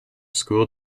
school